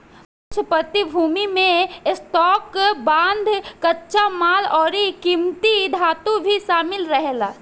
कुछ प्रतिभूति में स्टॉक, बांड, कच्चा माल अउरी किमती धातु भी शामिल रहेला